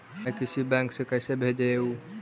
मैं किसी बैंक से कैसे भेजेऊ